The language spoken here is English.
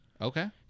Okay